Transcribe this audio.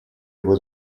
его